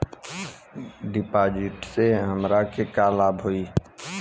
डिपाजिटसे हमरा के का लाभ होई?